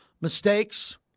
Mistakes